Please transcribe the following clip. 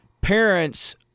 parents